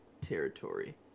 territory